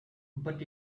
but